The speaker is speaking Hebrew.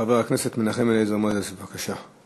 חבר הכנסת מנחם אליעזר מוזס, בבקשה.